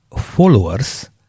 followers